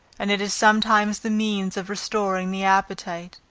and it is sometimes the means of restoring the appetite,